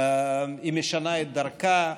היא משנה את דרכה.